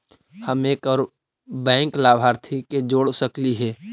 हम एक और बैंक लाभार्थी के जोड़ सकली हे?